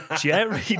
Jerry